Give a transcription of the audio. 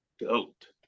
goat